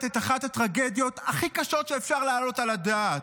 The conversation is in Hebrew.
את אחת הטרגדיות הכי קשות שאפשר להעלות על הדעת?